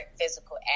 physical